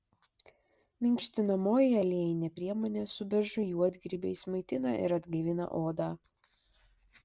minkštinamoji aliejinė priemonė su beržų juodgrybiais maitina ir atgaivina odą